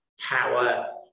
power